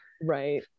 Right